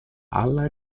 alla